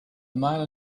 mile